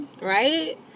right